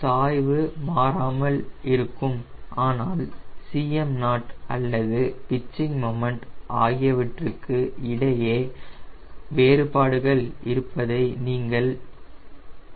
சாய்வு மாறாமல் இருக்கும் ஆனால் Cm0 அல்லது பிட்சிங் மொமன்ட் ஆகியவற்றுக்கு இடையே வேறுபாடுகள் இருப்பதை நீங்கள் காணலாம்